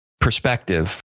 perspective